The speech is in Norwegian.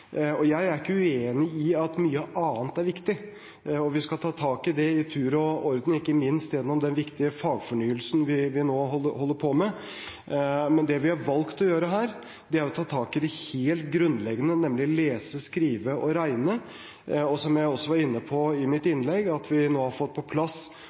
fag. Jeg er ikke uenig i at mye annet er viktig, og vi skal ta tak i det i tur og orden, ikke minst gjennom den viktige fagfornyelsen vi nå holder på med. Men det vi har valgt å gjøre her, er å ta tak i det helt grunnleggende, nemlig å lese, skrive og regne. Som jeg var inne på i mitt innlegg, ved at vi nå har fått på plass